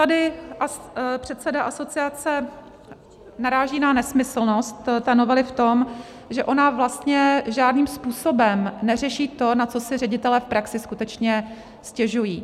Tady předseda asociace naráží na nesmyslnost novely v tom, že ona vlastně žádným způsobem neřeší to, na co si ředitelé v praxi skutečně stěžují.